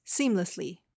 seamlessly